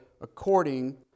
according